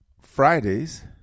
Fridays